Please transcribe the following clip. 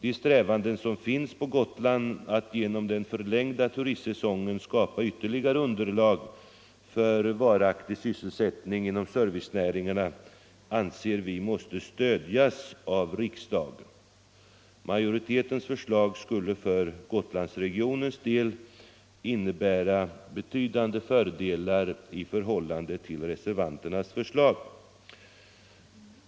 Strävandena på Gotland att genom den förlängda turistsäsongen skapa ytterligare underlag för varaktig sysselsättning inom servicenäringarna anser vi måste stödjas av riksdagen. Majoritetens förslag skulle för Gotlandsregionens del innebära betydande fördelar i förhållande till reservanternas förslag.